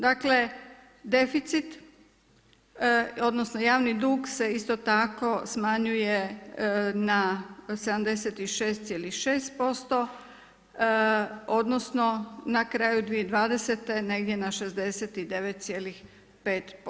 Dakle, deficit, odnosno, javni dug se isto tako smanjuje na 76,6%, odnosno, na kraju 2020. negdje na 69,5%